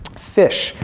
fish.